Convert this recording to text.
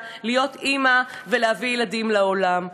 הוא להיות אימא ולהביא ילדים לעולם.